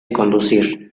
conducir